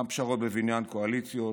גם פשרות בבניין קואליציות,